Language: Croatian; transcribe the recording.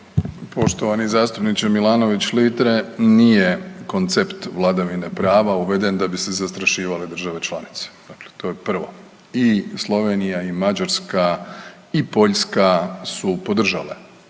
Poštovani zastupniče Milanović Litre. Nije koncept vladavine prava uveden da bi se zastrašivale države članice, dakle to je prvo. I Slovenija i Mađarska i Poljska su podržale